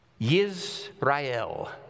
Yisrael